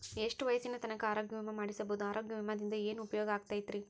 ಎಷ್ಟ ವಯಸ್ಸಿನ ತನಕ ಆರೋಗ್ಯ ವಿಮಾ ಮಾಡಸಬಹುದು ಆರೋಗ್ಯ ವಿಮಾದಿಂದ ಏನು ಉಪಯೋಗ ಆಗತೈತ್ರಿ?